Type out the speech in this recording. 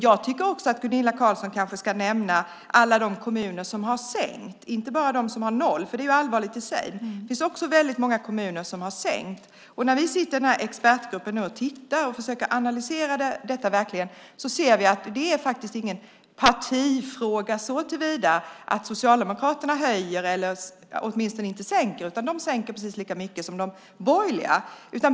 Jag tycker att Gunilla Carlsson även ska nämna alla de kommuner som sänkt anslagen, inte bara dem som har noll, vilket i sig är allvarligt nog. Det finns också många kommuner som sänkt, och när vi i expertgruppen nu tittar på och försöker analysera detta ser vi att det inte är någon partifråga såtillvida att Socialdemokraterna höjer, eller åtminstone inte sänker, utan de sänker precis lika mycket som de borgerliga.